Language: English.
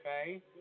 okay